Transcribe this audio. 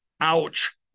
Ouch